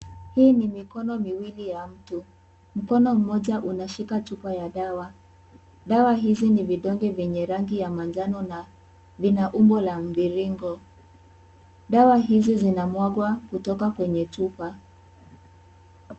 Hii ni mikono miwili ya mtu, mkono mmoja unashika chupa ya dawa. Dawa hizi ni vidonge vyenye rangi ya manjano na vina umbo la mviringo. Dawa hizi zinamwagwa kutoka kwenye chupa,